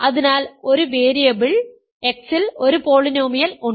അതിനാൽ ഒരു variable X ൽ ഒരു പോളിനോമിയൽ ഉണ്ട്